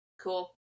cool